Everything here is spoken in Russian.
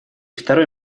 второй